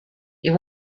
you